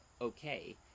okay